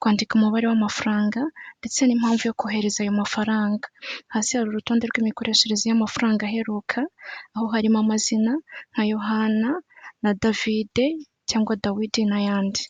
kwandika umubare w'amafaranga ndetse n'impamvu yo kohereza ayo mafaranga, hasi hari urutonde rw'imikoreshereze y'amafaranga aheruka, aho harimo amazina nka yohana na david cyangwa dawidi n'ayandi.